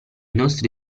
nostri